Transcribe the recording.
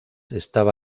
estaba